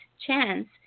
chance